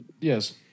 Yes